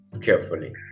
carefully